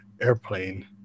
airplane